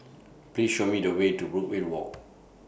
Please Show Me The Way to Brookvale Walk